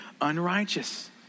unrighteous